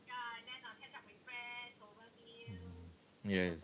yes